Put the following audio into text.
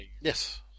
Yes